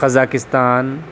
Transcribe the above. Kazakhstan